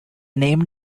named